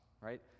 right